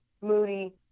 moody